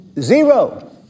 zero